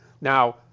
Now